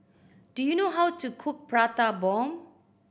do you know how to cook Prata Bomb